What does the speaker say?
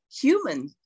human